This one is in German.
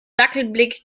dackelblick